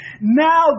Now